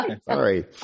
Sorry